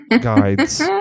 guides